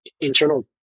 internal